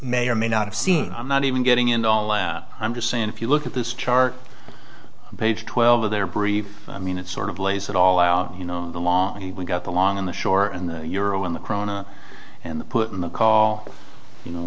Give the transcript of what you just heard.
may or may not have seen i'm not even getting it all out i'm just saying if you look at this chart page twelve of their brief i mean it sort of lays it all out you know the law and we got along on the shore and the euro in the chrono and put in the call you know